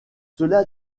cela